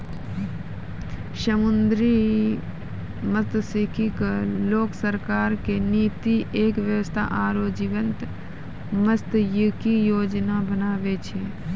समुद्री मत्सयिकी क लैकॅ सरकार के नीति एक स्वस्थ आरो जीवंत मत्सयिकी योजना बनाना छै